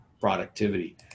Productivity